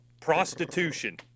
Prostitution